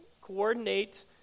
coordinate